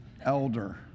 Elder